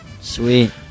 Sweet